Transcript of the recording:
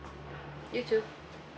you too